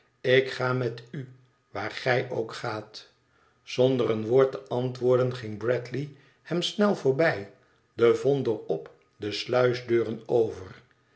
ik ga met u waar gij ook gaat zonder een woord te antwoorden ging bradley hem snel voorbij den vonder op de slubdeuren over